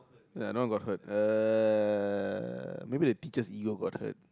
ya no one got hurt uh maybe the teacher's ego got hurt